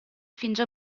finge